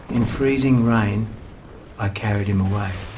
in freezing rain i carried him away.